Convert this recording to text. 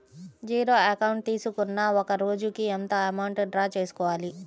Zero account తీసుకున్నాక ఒక రోజుకి ఎంత అమౌంట్ డ్రా చేసుకోవాలి?